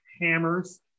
hammers